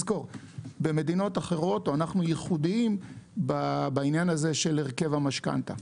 במדינות אחרות - אנחנו ייחודיים בעניין הזה של הרכב המשכנתא.